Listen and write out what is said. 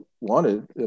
wanted